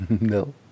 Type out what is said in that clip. No